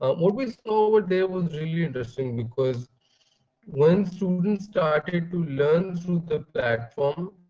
ah what we saw was there was really interesting. because when students started to learn through the platform,